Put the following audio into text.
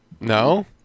No